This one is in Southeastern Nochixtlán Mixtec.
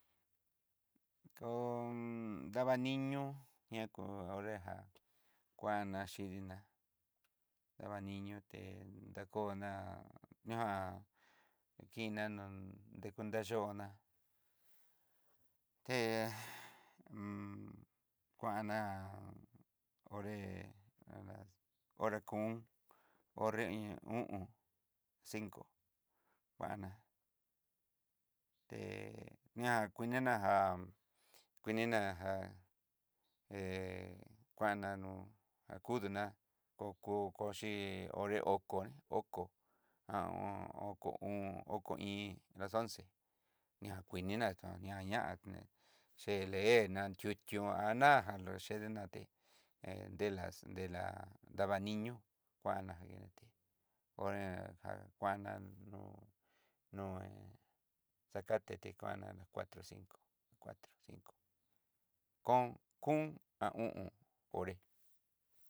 Kon- dava niño ña kú noré já, kuana xhidiná davaniño té takó ná ña kindana taku nayona té kuanona onré alas hora kun, noré iin o'on, cincon kuana é na kuinina já kuinina já hé kuanan nó jakudo ná ko kukoxi onre okon oko aun oko o'on oko iin las once ña kuini ña tó'o ñaña né che leer, na tiution jan na chede naté, he delas de la daba niño kuana ña té onré jan kuana nó nó zacate té ti kuana las cuatro cinco cuatro cinco ko, o'on onré.